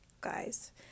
guys